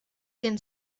den